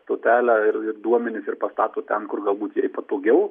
stotelę ir ir duomenis ir pastato ten kur galbūt jai patogiau